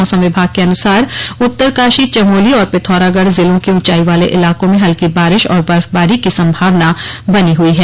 मौसम विभाग के अनुसार उत्तरकाशी चमोली और पिथौरागढ़ जिलों के ऊंचाई वाले इलाकों में हल्की बारिश और बर्फबारी की संभावना बनी हई है